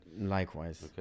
Likewise